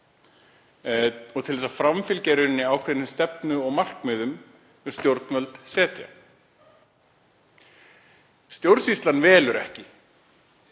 og til þess að framfylgja ákveðinni stefnu og markmiðum sem stjórnvöld setja. Stjórnsýslan velur ekki